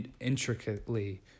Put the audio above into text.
intricately